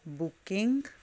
booking